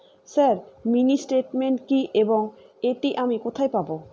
Sir mini statement কি এবং এটি আমি কোথায় পাবো?